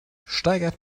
steigert